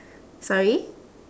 sorry